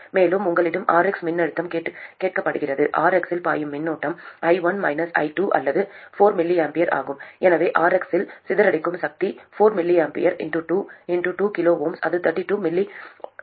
மேலும் உங்களிடம் Rx மின்னழுத்தம் கேட்கப்படுகிறது Rx இல் பாயும் மின்னோட்டம் i1 -i2 அல்லது 4 mA ஆகும் எனவே Rx இல் சிதறடிக்கும் சக்தி 2 2 kΩ இது 32 mW ஆகும்